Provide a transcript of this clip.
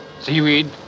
Seaweed